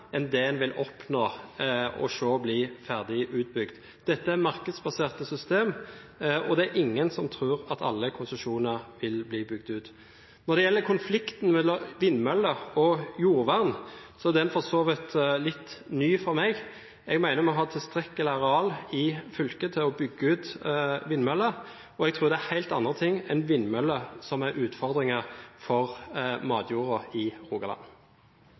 enn det en vil oppnå å se bli ferdig utbygd. Dette er markedsbaserte systemer, og det er ingen som tror at alle konsesjoner vil bli bygd ut. Når det gjelder konflikten mellom vindmøller og jordvern, er den for så vidt litt ny for meg. Jeg mener vi har tilstrekkelig areal i fylket til å bygge ut vindmøller, og jeg tror det er helt andre ting enn vindmøller som er utfordringen for matjorda i Rogaland.